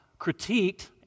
critiqued